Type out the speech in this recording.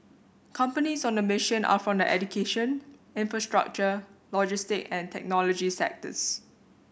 companies on the mission are from the education infrastructure logistic and technology sectors